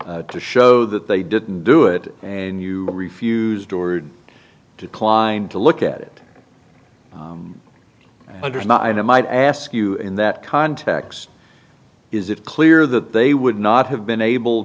to show that they didn't do it and you refuse doored declined to look at it under not i might ask you in that context is it clear that they would not have been able